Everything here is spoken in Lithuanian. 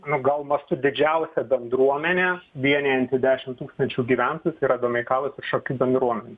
nu gal mastu didžiausia bendruomenė vienijanti dešim tūkstančių gyventojų tai yra domeikavos ir šakių bendruomenė